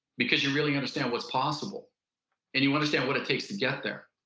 because you really understand what's possible and you understand what it takes to get there.